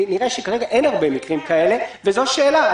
נראה שכרע אין הרבה מקרים כאלה, וזו שאלה.